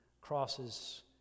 crosses